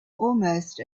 almost